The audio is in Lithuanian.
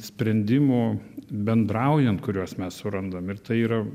sprendimų bendraujant kuriuos mes surandam ir tai yra